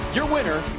you're winner,